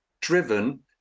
driven